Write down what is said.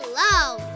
love